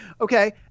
okay